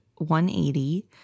180